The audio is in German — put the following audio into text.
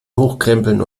hochkrempeln